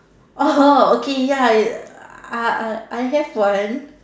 !oho! okay ya I I have one